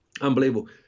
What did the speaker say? Unbelievable